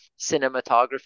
cinematography